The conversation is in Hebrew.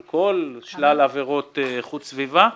על כל שלל עבירות חוץ סביבה.